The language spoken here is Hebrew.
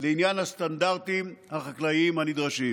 לעניין הסטנדרטים החקלאיים הנדרשים.